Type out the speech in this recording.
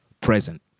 present